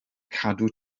cadw